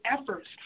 efforts